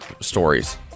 stories